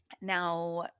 Now